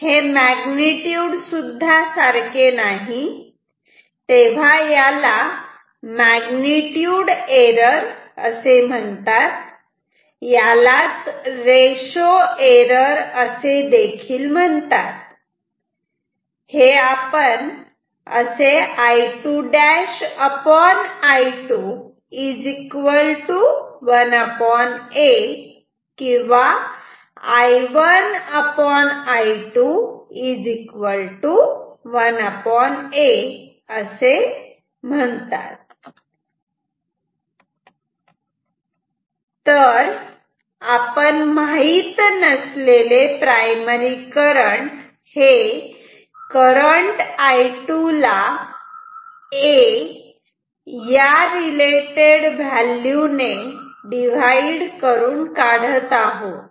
हे मॅगनीट्यूड सारखे नाही तेव्हा याला मॅगनीट्यूड एरर म्हणतात यालाच रेशो एरर असे देखील म्हणतात कारण ।I2।।I2। 1a ।I1।।I2। 1a तर आपण माहित नसलेले प्रायमरी करंट हे करंट I2 ला a या रिलेटेड व्हॅल्यू ने डिव्हाइड करून काढत आहोत